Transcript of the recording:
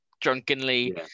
drunkenly